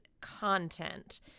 content